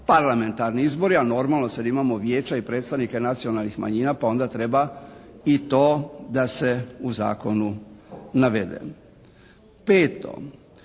Parlamentarni izbor je a normalno sad imamo vijeća i predstavnike nacionalnih manjina pa onda treba i to da se u zakonu navede. Peto,